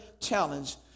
challenge